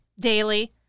daily